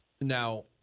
now